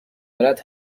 برد